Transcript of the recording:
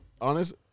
Honest